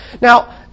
Now